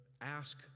Ask